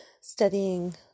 studying